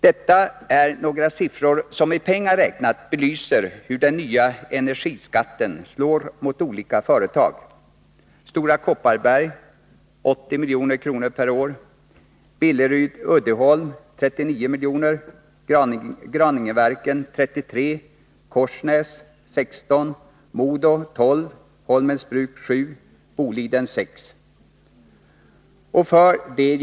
Följande siffor belyser i pengar räknat hur den nya energiskatten slår mot olika företag: Stora Kopparberg 80 milj.kr. per år, Billerud-Uddeholm 39 milj.kr., Graningeverken 33 milj.kr., Korsnäs 16 milj.kr., MoDo 12 milj.kr., Holmens Bruk 7 milj.kr. och Boliden 6 milj.kr. per år.